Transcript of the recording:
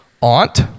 aunt